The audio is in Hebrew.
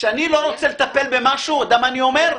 כשאני לא רוצה לטפל במשהו, אתה יודע מה אני אומר?